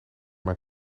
mijn